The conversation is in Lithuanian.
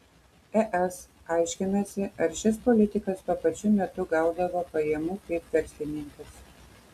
es aiškinasi ar šis politikas tuo pačiu metu gaudavo pajamų kaip verslininkas